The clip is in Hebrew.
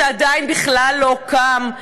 שעדיין בכלל לא קם.